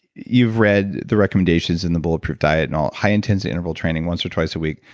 you've read the recommendations in the bulletproof diet and all, high intensity interval training once or twice a week.